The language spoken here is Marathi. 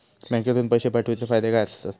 बँकेतून पैशे पाठवूचे फायदे काय असतत?